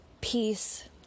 peace